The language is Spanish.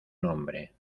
nombre